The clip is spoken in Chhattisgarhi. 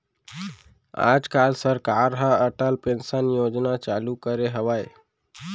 आज काल सरकार ह अटल पेंसन योजना चालू करे हवय